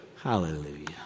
Hallelujah